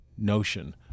notion